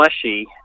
fleshy